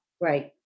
Right